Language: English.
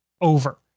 over